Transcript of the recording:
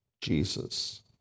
Jesus